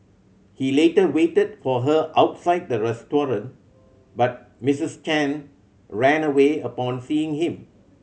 he later waited for her outside the restaurant but Misses Chen ran away upon seeing him